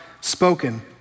spoken